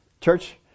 church